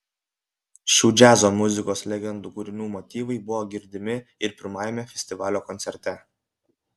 šių džiazo muzikos legendų kūrinių motyvai buvo girdimi ir pirmajame festivalio koncerte